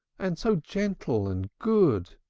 and so gentle and good!